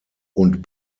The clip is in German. und